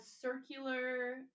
circular